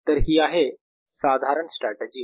तर हि आहे साधारण स्ट्रॅटेजी